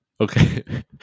Okay